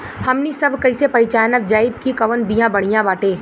हमनी सभ कईसे पहचानब जाइब की कवन बिया बढ़ियां बाटे?